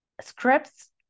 scripts